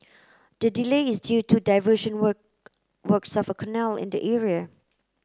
the delay is due to diversion work works of a canal in the area